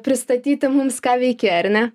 pristatyti mums ką veiki ar ne